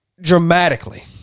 Dramatically